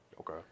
okay